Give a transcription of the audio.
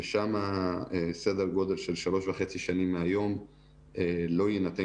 ושם סדר גודל של שלוש וחצי שנים מהיום לא יינתן